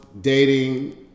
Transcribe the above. dating